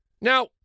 Now